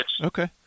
Okay